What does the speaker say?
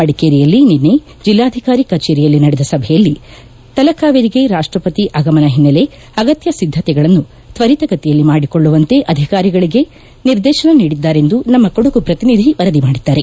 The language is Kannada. ಮಡಿಕೇರಿಯಲ್ಲಿ ನಿನ್ನೆ ಜಿಲ್ಲಾಧಿಕಾರಿ ಕಜೇರಿಯಲ್ಲಿ ನಡೆದ ಸಭೆಯಲ್ಲಿ ತಲಕಾವೇರಿಗೆ ರಾಷ್ಟಪತಿ ಆಗಮನ ಹಿನ್ನೆಲೆ ಆಗತ್ಯ ಸಿದ್ಧತೆಗಳನ್ನು ತ್ವರಿತಗತಿಯಲ್ಲಿ ಮಾಡಿಕೊಳ್ಳುವಂತೆ ಅಧಿಕಾರಿಗಳಿಗೆ ನಿರ್ದೇಶನ ನೀಡಿದ್ದಾರೆಂದು ಕೊಡಗು ಪ್ರತಿನಿಧಿ ವರದಿ ಮಾಡಿದ್ದಾರೆ